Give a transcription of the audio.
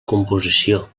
composició